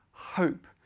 Hope